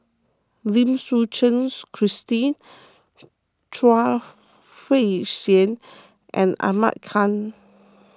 Lim Suchen Christine Chuang Hui Tsuan and Ahmad Khan